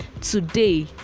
Today